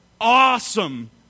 awesome